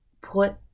put